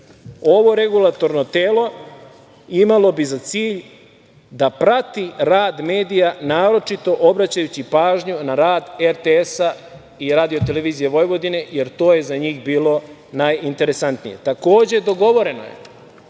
Ovo regulatorno telo imalo bi za cilj da prati rad medija, naročito obraćajući pažnju na rad RTS i RTV, jer to je za njih bilo najinteresantnije. Takođe, dogovoreno je,